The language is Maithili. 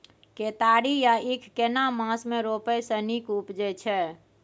केतारी या ईख केना मास में रोपय से नीक उपजय छै?